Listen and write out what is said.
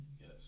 Yes